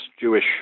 Jewish